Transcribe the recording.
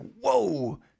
whoa